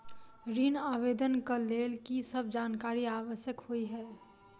ऋण आवेदन केँ लेल की सब जानकारी आवश्यक होइ है?